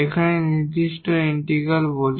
এবং আমরা নির্দিষ্ট ইন্টিগ্রাল বলি